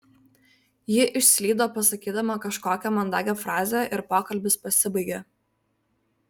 ji išslydo pasakydama kažkokią mandagią frazę ir pokalbis pasibaigė